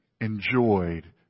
enjoyed